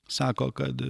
sako kad